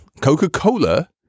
coca-cola